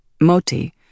Moti